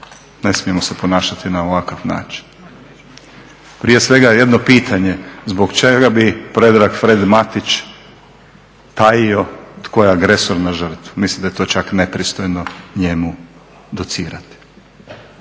Ne smijemo se ponašati na ovakav način. Prije svega jedno pitanje, zbog čega bi Predrag Fred Matić tajio tko je agresor na žrtve? Mislim da je to čak nepristojno njemu docirati,